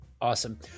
Awesome